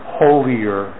holier